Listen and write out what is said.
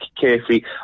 carefully